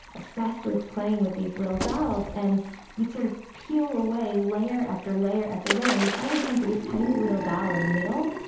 obsessed with playing with these little dolls and you'd, sort of, peel away layer after layer after layer and you'd finally come to this tiny little doll in the middle,